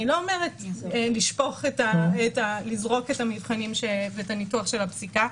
אני לא אומרת לזרוק את המבחנים ואת הניתוח של הפסיקה,